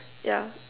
yeah